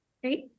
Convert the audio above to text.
great